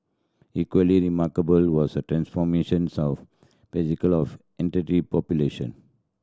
equally remarkable was the transformations of of population